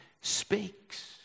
speaks